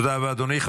תודה רבה, אדוני.